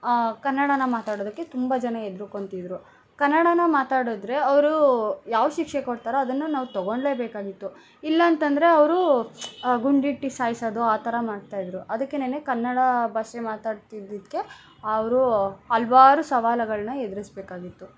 ಕನ್ನಡ ಮಾತಾಡೊದಕ್ಕೆ ತುಂಬ ಜನ ಹೆದ್ರುಕೊಂತಿದ್ರು ಕನ್ನಡ ಮಾತಾಡಿದ್ರೆ ಅವರು ಯಾವ ಶಿಕ್ಷೆ ಕೊಡ್ತಾರೊ ಅದನ್ನು ನಾವು ತೊಗೊಳ್ಲೇ ಬೇಕಾಗಿತ್ತು ಇಲ್ಲಾಂತಂದ್ರೆ ಅವರು ಗುಂಡಿಟ್ಟು ಸಾಯ್ಸೋದು ಆ ಥರ ಮಾಡ್ತಾಯಿದ್ರು ಅದಕ್ಕೆನೆ ಕನ್ನಡ ಭಾಷೆ ಮಾತಾಡ್ತಿದ್ದದ್ಕೆ ಅವರು ಹಲವಾರು ಸವಾಲಗಳನ್ನ ಎದ್ರುಸ್ಬೇಕಾಗಿತ್ತು